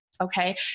okay